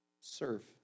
Serve